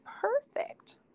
perfect